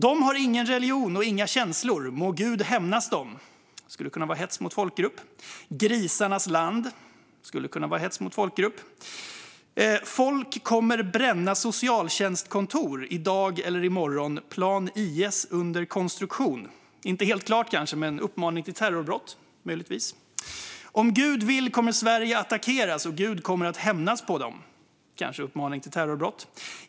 "De har ingen religion och inga känslor - må Gud hämnas på dem." Det skulle kunna vara hets mot folkgrupp. "Grisarnas land." Det skulle kunna vara hets mot folkgrupp. Någon skriver att folk kommer att bränna socialtjänstkontor i dag eller i morgon - "plan IS under konstruktion". Det är kanske inte helt klart, men det kan möjligtvis ses som uppmaning till terrorbrott. "Om Gud vill kommer Sverige att attackeras och Gud kommer att hämnas på dem." Kanske en uppmaning till terrorbrott?